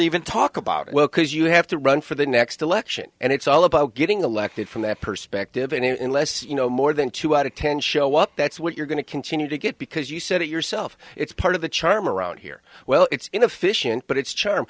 even talk about it well because you have to run for the next election and it's all about getting elected from that perspective any less you know more than two out of ten show up that's what you're going to continue to get because you said it yourself it's part of the charm around here well it's inefficient but it's charm